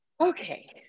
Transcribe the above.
okay